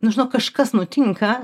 nu žinok kažkas nutinka